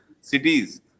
cities